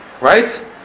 Right